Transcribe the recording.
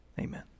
amen